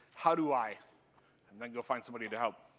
how do i and then go find somebody to help.